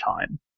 time